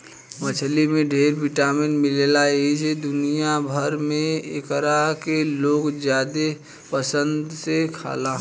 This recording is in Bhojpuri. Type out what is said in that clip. मछली में ढेर विटामिन मिलेला एही से दुनिया भर में एकरा के लोग ज्यादे पसंद से खाला